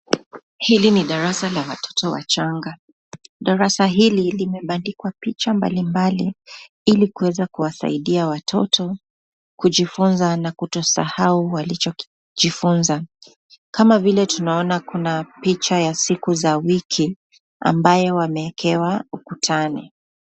Hili ni darasa la watoto wachanga, darasa hili limebandikwa picha mbalimbali ili kuweza kuwasaidia watoto kujifunza na kutosahau walicho jifunza, kama vile tunaona kuna picha ya siku za wiki ambayo wameekewa ukutani.